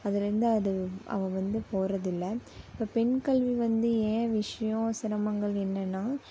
அதுலேருந்து அது அவள் வந்து போகிறதுல்ல இப்போ பெண்கல்வி வந்து ஏன் விஷயம் சிரமங்கள் என்னென்னால்